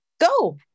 Go